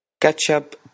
Ketchup